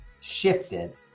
shifted